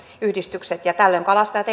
yhdistykset tällöin kalastajat